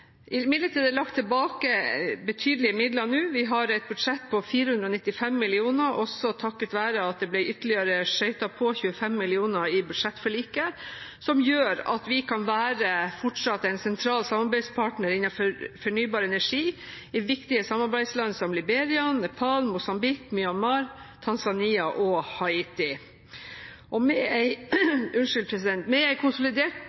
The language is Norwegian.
Imidlertid er det lagt tilbake betydelige midler nå. Vi har et budsjett på 495 mill. kr, også takket være at det ble skjøtet på ytterligere 25 mill. kr i budsjettforliket, som gjør at vi fortsatt kan være en sentral samarbeidspartner innenfor fornybar energi i viktige samarbeidsland som Liberia, Nepal, Mosambik, Myanmar, Tanzania og Haiti. Med en konsolidert portefølje og med